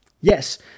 Yes